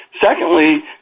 Secondly